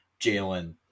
Jalen